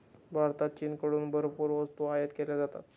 भारतात चीनकडून भरपूर वस्तू आयात केल्या जातात